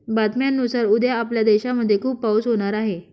बातम्यांनुसार उद्या आपल्या देशामध्ये खूप पाऊस होणार आहे